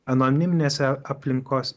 anoniminėse aplinkos